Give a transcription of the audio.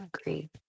Agreed